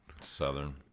Southern